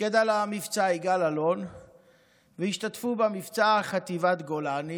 פיקד על המבצע יגאל אלון והשתתפו במבצע חטיבת גולני,